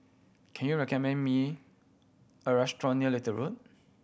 can you recommend me a restaurant near Little Road